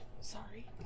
Sorry